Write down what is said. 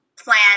plan